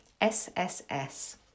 SSS